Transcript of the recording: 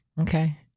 Okay